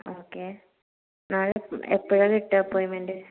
okay നാളെ എപ്പഴാ കിട്ടുക അപ്പോയിൻമെൻറ്റ്